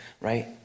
right